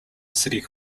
city